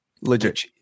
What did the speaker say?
Legit